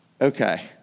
Okay